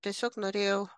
tiesiog norėjau